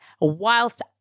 whilst